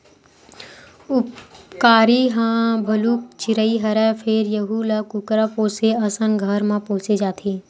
उपकारी ह भलुक चिरई हरय फेर यहूं ल कुकरा पोसे असन घर म पोसे जाथे